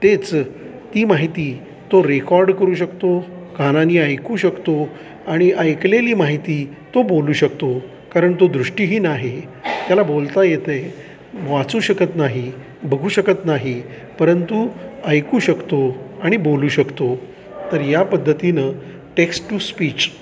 तेच ती माहिती तो रेकॉर्ड करू शकतो कानानी ऐकू शकतो आणि ऐकलेली माहिती तो बोलू शकतो कारण तो दृष्टीहीन आहे त्याला बोलता येते वाचू शकत नाही बघू शकत नाही परंतु ऐकू शकतो आणि बोलू शकतो तर या पद्धतीनं टेक्स्ट टू स्पीच